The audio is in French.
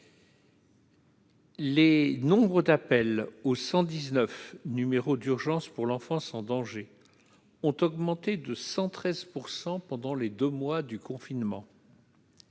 Les nombreux d'appels au 119 numéro d'urgence pour l'enfance en danger, ont augmenté de 113 % pendant les 2 mois du confinement,